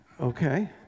okay